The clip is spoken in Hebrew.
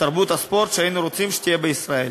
לתרבות הספורט שהיינו רוצים שתהיה בישראל.